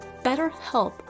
BetterHelp